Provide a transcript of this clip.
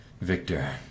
Victor